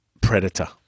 predator